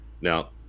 Now